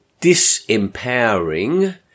disempowering